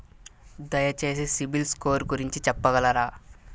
దయచేసి CIBIL score గురించి చెప్పగలరా?